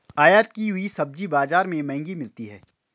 आयत की हुई सब्जी बाजार में महंगी मिलती है